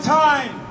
time